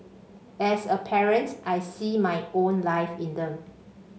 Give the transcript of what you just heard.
as a parent I see my own life in them